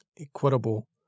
equitable